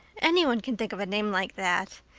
anybody can think of a name like that.